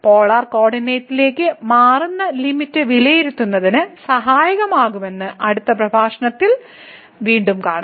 polar കോർഡിനേറ്റി ലേക്ക് മാറുന്നത് ലിമിറ്റ് വിലയിരുത്തുന്നതിന് സഹായകമാകുമെന്ന് അടുത്ത പ്രഭാഷണത്തിൽ വീണ്ടും കാണാം